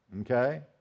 okay